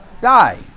Die